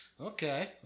Okay